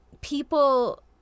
people